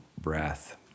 breath